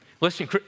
Listen